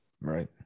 Right